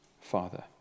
Father